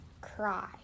Cry